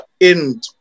end